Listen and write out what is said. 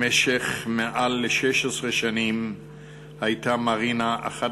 במשך יותר מ-16 שנים הייתה מרינה אחת